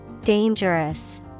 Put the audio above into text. Dangerous